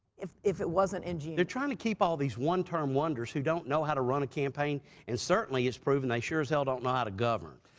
if if it wasn't in june. they're trying to keep all these one-term wonders who don't know how to run a campaign and certainly is proven they sure as hell don't know how to govern.